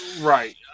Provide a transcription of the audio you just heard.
Right